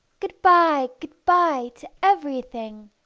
good-bye, good-bye, to everything!